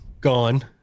gone